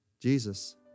Jesus